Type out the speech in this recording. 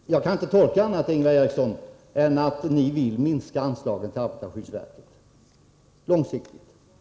Herr talman! Jag kan inte tolka er på annat sätt, Ingvar Eriksson, än att ni vill långsiktigt minska anslaget till arbetarskyddsstyrelsen.